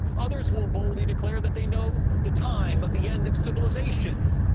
others will boldly declare that they know the time of the end of civilization,